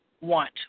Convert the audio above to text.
want